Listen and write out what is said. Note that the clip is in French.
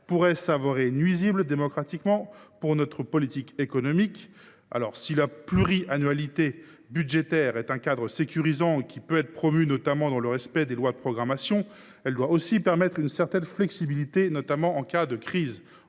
pour notre démocratie et pour notre politique économique. Si la pluriannualité budgétaire est un cadre sécurisant qui peut être promu, notamment dans le respect des lois de programmation, elle doit aussi permettre une certaine flexibilité, notamment en cas de crise.